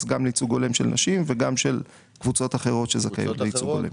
גם לייצוג הולם של נשים וגם של קבוצות אחרות שזכאיות לייצוג הולם.